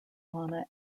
fauna